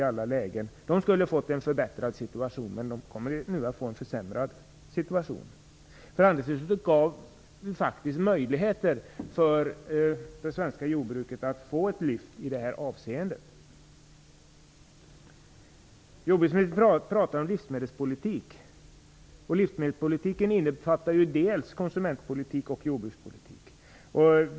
Jordbruken där skulle ha fått en förbättrad situation men kommer nu att få ett försämrat läge. Förhandlingsresultatet gav faktiskt möjligheter för det svenska jordbruket att få ett lyft i detta avseende. Jordbruksministern talar om livsmedelspolitik, och livsmedelspolitiken innefattar dels konsumentpolitik, dels jordbrukspolitik.